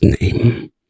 name